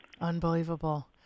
Unbelievable